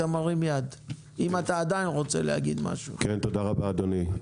תודה רבה, אדוני.